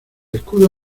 escudo